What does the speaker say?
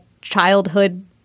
childhood